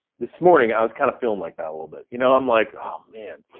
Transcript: this morning i was kind of feeling like that a little bit. you know i'm like, oh, man,